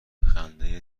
خنده